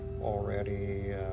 already